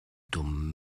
dummen